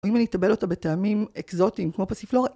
אם אני אטבל אותו בטעמים אקזוטיים, כמו פסיפלורה